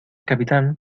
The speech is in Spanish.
capitán